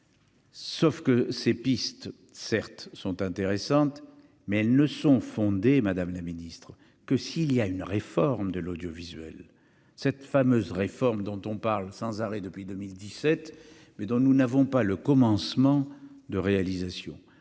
Sauf que ces pistes certes sont intéressantes mais elles ne sont fondées, madame la ministre que s'il y a une réforme de l'audiovisuel, cette fameuse réforme dont on parle sans arrêt depuis 2017, mais dont nous n'avons pas le commencement de réalisation,